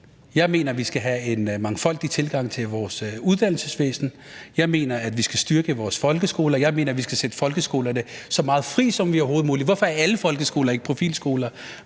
Jeg mener, at vi skal have en mangfoldig tilgang til vores uddannelsesvæsen. Jeg mener, at vi skal styrke vores folkeskoler. Jeg mener, at vi skal sætte folkeskolerne så meget fri, som overhovedet muligt. Hvorfor er alle folkeskoler ikke profilskoler?